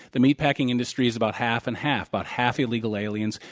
the meatpacking industry is about half and half, about half illegal aliens,